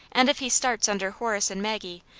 and if he starts under horace and maggie,